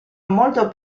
molto